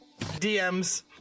DMs